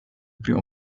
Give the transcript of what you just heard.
primo